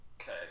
Okay